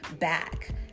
back